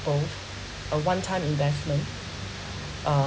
go for a one time investment uh